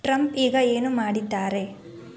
Trump ಈಗ ಏನು ಮಾಡಿದ್ದಾರೆ